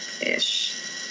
ish